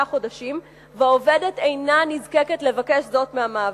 חודשים והעובדת איננה נזקקת לבקש זאת מאת המעביד.